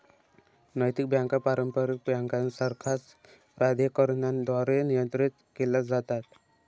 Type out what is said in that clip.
नैतिक बँका पारंपारिक बँकांसारख्याच प्राधिकरणांद्वारे नियंत्रित केल्या जातात